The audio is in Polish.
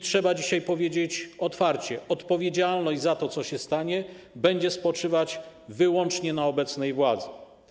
Trzeba dzisiaj powiedzieć otwarcie, że odpowiedzialność za to, co się stanie, będzie spoczywała wyłącznie na obecnej władzy.